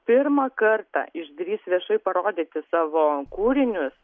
pirmą kartą išdrįs viešai parodyti savo kūrinius